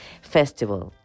festival